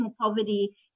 poverty